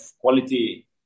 quality